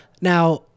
Now